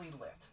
lit